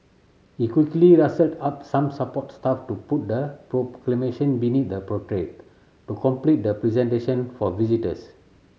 he quickly rustled up some support staff to put the Proclamation beneath the portrait to complete the presentation for visitors